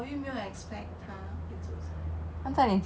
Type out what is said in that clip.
like why would we expect the guy to 煮菜 sia 超好笑